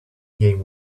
game